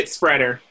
Spreader